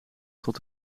tot